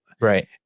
Right